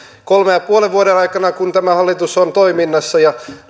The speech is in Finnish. kolmen ja puolen vuoden aikana kun tämä hallitus on toiminnassa ja